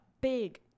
big